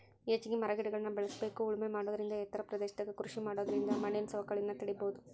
ಹೆಚ್ಚಿಗಿ ಮರಗಿಡಗಳ್ನ ಬೇಳಸ್ಬೇಕು ಉಳಮೆ ಮಾಡೋದರಿಂದ ಎತ್ತರ ಪ್ರದೇಶದಾಗ ಕೃಷಿ ಮಾಡೋದರಿಂದ ಮಣ್ಣಿನ ಸವಕಳಿನ ತಡೇಬೋದು